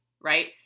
right